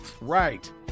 Right